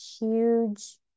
huge